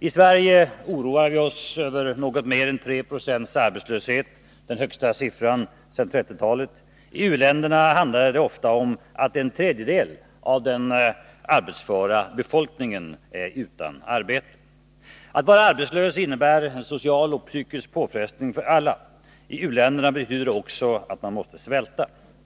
I Sverige oroar vi oss över en arbetslöshet på något mer än 3 20, den högsta siffran sedan 1930-talet. I u-länderna handlar det ofta om att en tredjedel av den arbetsföra befolkningen är utan arbete. Att vara arbetslös innebär en social och psykisk påfrestning för alla. I u-länderna betyder det också att man måste svälta.